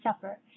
suffer